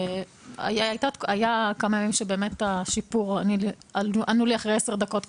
היו כמה ימים שהיה שיפור וענו לי אחרי 10 דקות.